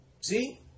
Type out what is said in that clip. See